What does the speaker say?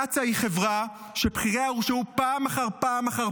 קצא"א היא חברה שבכיריה הורשעו פעם אחר פעם אחר